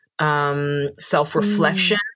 self-reflection